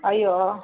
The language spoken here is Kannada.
ಅಯ್ಯೋ